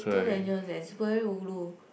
too dangerous that is very ulu